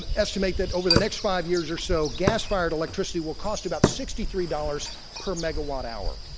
and estimate that over the next five years or so, gas fired electricity will cost about sixty three dollars per megawatt hour,